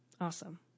awesome